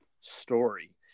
story